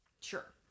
Sure